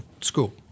school